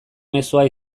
mezzoa